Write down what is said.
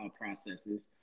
processes